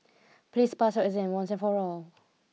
please pass your exam once and for all